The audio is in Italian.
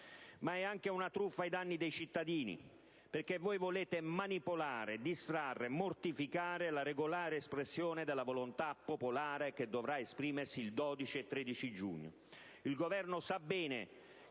Ma è anche una truffa ai danni dei cittadini perché volete manipolare, distrarre, mortificare la regolare espressione della volontà popolare che dovrà esprimersi il 12 e 13 giugno